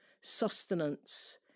sustenance